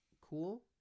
cool